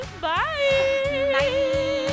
Bye